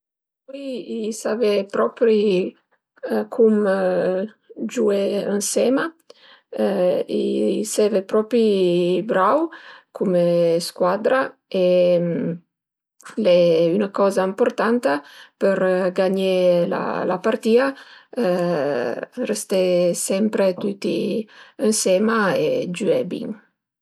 Vui i savé propi cum giué ënsema, i seve propi brau cume scuaddra e al e 'na coza impurtanta për gagné la la partìa, rësté sempre tüti ënsema e giué bin